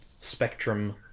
Spectrum